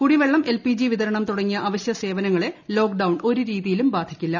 കൂടിവെള്ളം LPG വിതരണം തുടങ്ങിയ അവശ്യ സേവനങ്ങളെ ലോക്ക് ഡൌൺ ഒരു രീതിയിലും ബാധിക്കില്ല